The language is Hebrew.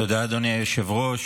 תודה, אדוני היושב-ראש.